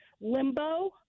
limbo